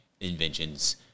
inventions